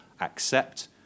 accept